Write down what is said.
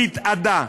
התאדה,